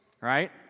Right